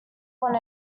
want